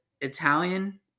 Italian